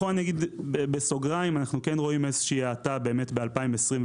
אני יכול להגיד בסוגריים שאנחנו כן רואים איזושהי האטה באמת ב-2022.